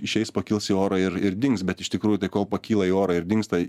išeis pakils į orą ir ir dings bet iš tikrųjų tai kol pakyla į orą ir dingsta